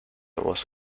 was